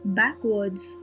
backwards